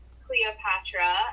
Cleopatra